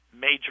major